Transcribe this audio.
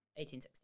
1860